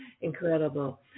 Incredible